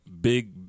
big